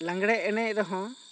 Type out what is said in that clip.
ᱞᱟᱜᱽᱲᱮ ᱮᱱᱮᱡ ᱨᱮᱦᱚᱸ